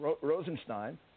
Rosenstein